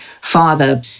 father